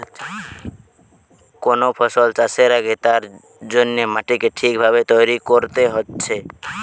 কোন ফসল চাষের আগে তার জন্যে মাটিকে ঠিক ভাবে তৈরী কোরতে হচ্ছে